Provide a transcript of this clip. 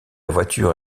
voiture